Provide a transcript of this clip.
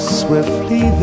swiftly